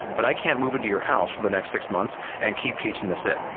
but i can't move into your house for the next six months and keep teaching the sit.